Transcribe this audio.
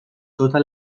tota